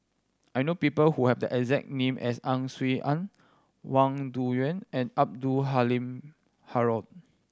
I know people who have the exact name as Ang Swee Aun Wang Dayuan and Abdul Halim Haron